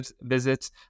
visits